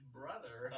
brother